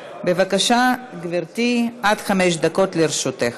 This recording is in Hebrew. בבקשה, גברתי, עד חמש דקות לרשותך.